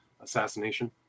assassination